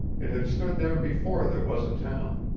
it had stood there before there was a town,